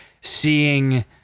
seeing